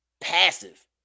passive